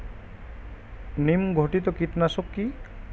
নিম ঘটিত কীটনাশক কি?